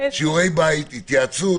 שיעורי בית, התייעצות.